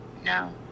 No